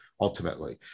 ultimately